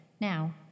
Now